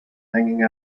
hanging